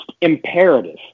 imperative